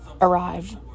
arrive